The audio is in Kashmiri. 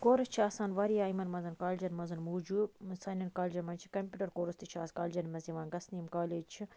کورس چھُ آسان واریاہ یِمَن مَنٛز کالجَن مَنٛز موجوٗد سانیٚن کالجَن مَنٛز چھِ کَمپیٛوٗٹَر کورس تہِ چھِ از کالجَن مَنٛز یِوان گَژھنہٕ یِم کالج چھِ